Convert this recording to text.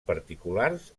particulars